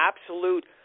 absolute